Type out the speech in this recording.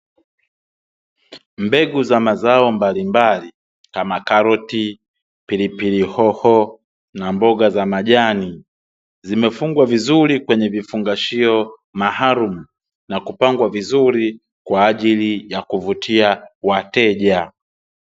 Mbegu za mazao mbalimbali kama karoti, pilipili hoho, na mboga za majani zimefungwa vizuri kwenye vifungashio maalum na kupangwa vizuri kwa ajili ya kuvutia wateja.